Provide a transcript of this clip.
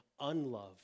unloved